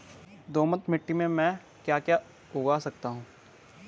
दोमट मिट्टी में म ैं क्या क्या उगा सकता हूँ?